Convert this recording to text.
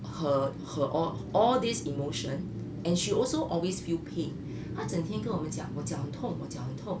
her her all all these emotion and she also always feel pain 她整天跟我们讲我脚痛我脚痛